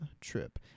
trip